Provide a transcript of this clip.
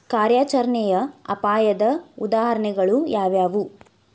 ಕಾರ್ಯಾಚರಣೆಯ ಅಪಾಯದ ಉದಾಹರಣೆಗಳು ಯಾವುವು